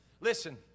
Listen